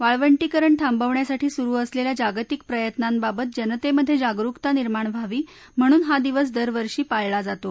वाळवंटीकरण थांबवण्यासाठी सुरू असलेल्या जागतिक प्रयत्नांबाबत जनतेमधे जागरुकता निर्माण व्हावी म्हणून हा दिवस दरवर्षी पाळला जातो